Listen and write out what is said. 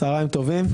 צוהריים טובים.